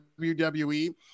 WWE